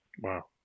wow